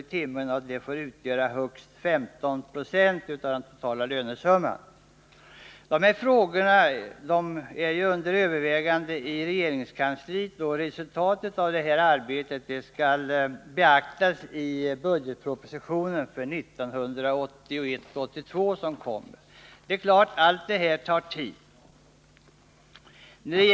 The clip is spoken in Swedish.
i timmen och får utgöra högst 15 20 av den totala lönesumman. Dessa frågor är under övervägande i regeringskansliet. Resultatet av detta arbete skall beaktas i den kommande budgetpropositionen för 1981/82. Allt detta tar givetvis tid.